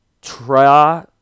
try